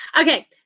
okay